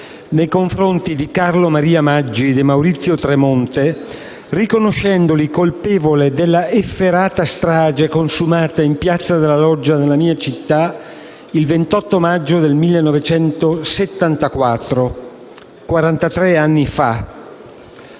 nei confronti di Carlo Maria Maggi e di Maurizio Tramonte, riconoscendoli colpevoli della efferata strage consumata in piazza della Loggia, nella mia città, il 28 maggio 1974, quarantatre